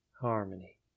Harmony